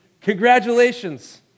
Congratulations